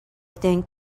think